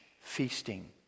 feasting